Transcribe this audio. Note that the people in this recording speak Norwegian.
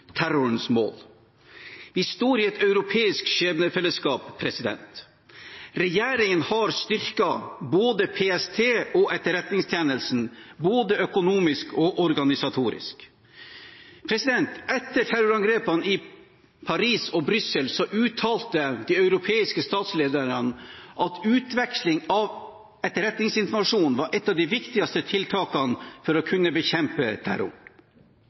terrorens mål. Vi står i et europeisk skjebnefellesskap. Regjeringen har styrket PST og Etterretningstjenesten både økonomisk og organisatorisk. Etter terrorangrepene i Paris og Brussel uttalte de europeiske statslederne at utveksling av etterretningsinformasjon var et av de viktigste tiltakene for å kunne bekjempe terror.